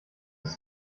ist